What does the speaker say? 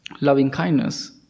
loving-kindness